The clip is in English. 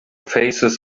faces